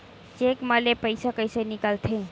Cheque म ले पईसा कइसे निकलथे?